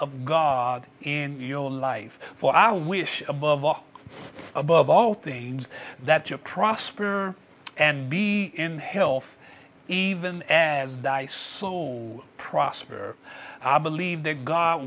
of god in your life for our wish above all above all things that your prosper and be in health even as die soul prosper i believe that god